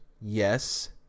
yes